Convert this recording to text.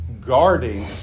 guarding